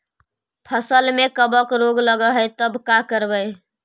फसल में कबक रोग लगल है तब का करबै